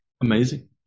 Amazing